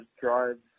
drives